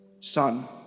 son